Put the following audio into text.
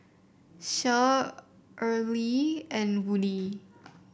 Cher Earley and Woodie